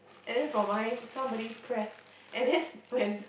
and then for mine somebody press and then when